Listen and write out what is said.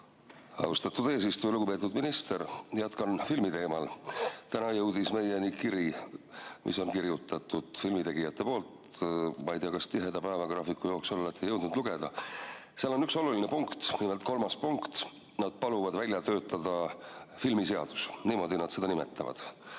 Austatud eesistuja! Lugupeetud minister! Jätkan filmi teemal. Täna jõudis meieni kiri, mille on kirjutanud filmitegijad. Ma ei tea, kas te oma tiheda päevagraafiku jooksul olete jõudnud seda lugeda. Seal on üks oluline punkt, nimelt kolmas punkt. Nad paluvad välja töötada filmiseadus, niimoodi nad seda nimetavad.